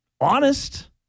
honest